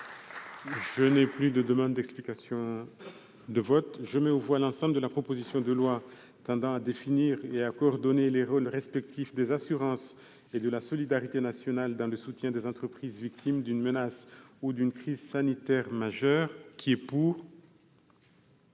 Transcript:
voix, dans le texte de la commission, modifié, l'ensemble de la proposition de loi tendant à définir et à coordonner les rôles respectifs des assurances et de la solidarité nationale dans le soutien des entreprises victimes d'une menace ou d'une crise sanitaire majeure. Mes chers